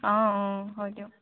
অঁ অঁ হয় দিয়ক